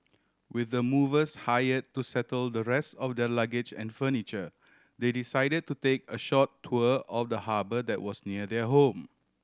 with the movers hire to settle the rest of their luggage and furniture they decided to take a short tour of the harbour that was near their home